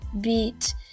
beat